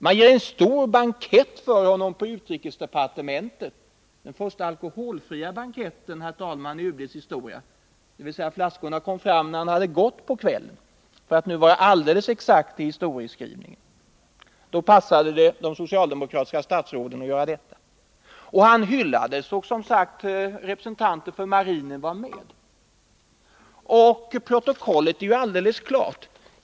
Man ger en stor bankett för honom på utrikesdepartementet, den första alkoholfria banketten i utrikesdepartementets historia. Dvs. flaskorna kom fram när Jalloud hade gått på kvällen, för att vara helt exakt i historieskrivningen. Då passade det de socialdemokratiska statsråden att ta fram dem. Och Jalloud hyllades, och representanter för hans marin var med. Protokollet är alldeles klart.